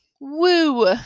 woo